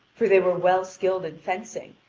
for they were well skilled in fencing,